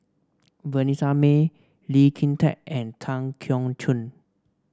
Vanessa Mae Lee Kin Tat and Tan Keong Choon